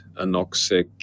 anoxic